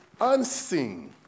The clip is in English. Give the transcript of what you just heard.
unseen